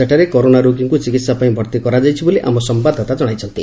ସେଠାରେ କରୋନା ରୋଗୀଙ୍କୁ ଚିକିହାପାଇଁ ଭର୍ତି କରାଯାଇଛି ବୋଲି ଆମ ସମ୍ୟାଦଦାତା ଜଣାଇଛନ୍ତି